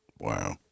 Wow